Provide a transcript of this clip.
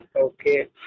Okay